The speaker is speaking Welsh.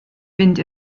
fynd